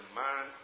man